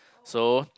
so